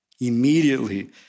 Immediately